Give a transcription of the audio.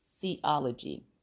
theology